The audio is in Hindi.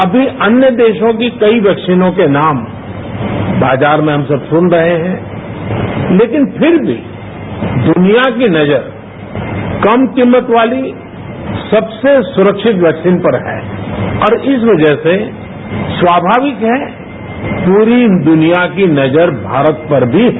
अभी अन्य देशों की कई वैक्सीनों के नाम बाजार में हम सब सुन रहे हैं लेकिन फिर भी दुनिया की नजर कम कीमत वाली सबसे सुरक्षित वैक्सीन पर है और इस वजह से स्वामाविक है पूरी दुनिया की नजर भारत पर भी है